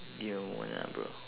give me a moment ah bro